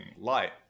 light